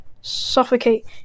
suffocate